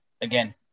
again